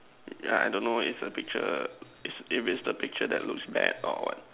I I don't know it's a picture if it's the picture that looks bad or what